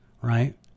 right